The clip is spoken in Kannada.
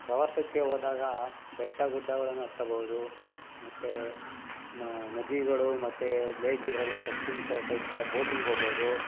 ಪ್ರವಾಸಕ್ಕೆ ಹೋದಾಗ ಬೆಟ್ಟ ಗುಡ್ಡಗಳನ್ನು ಹತ್ತಬೌದು ಮತ್ತು ನ ನದಿಗಳು ಮತ್ತು ಲೇಕ್ ಇದರಲ್ಲಿ ಸರ್ಫಿಂಗ್ ಥರ ಟೈಪ್ ಥರ ಬೋಟಿಂಗ್ ಹೋಗ್ಬೋದು